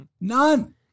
None